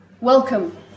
Welcome